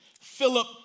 Philip